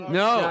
no